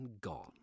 gone